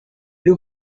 you